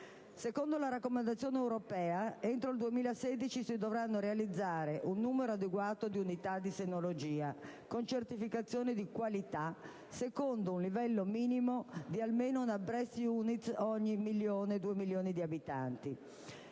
Secondo la raccomandazione europea, entro il 2016 si dovranno realizzare un numero adeguato di unità di senologia con certificazione di qualità, secondo un livello minimo di almeno una *Breast Unit* certificata ogni 1-2 milioni di abitanti.